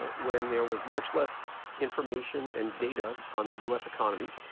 ah when there was much less information and data on the u s. economy.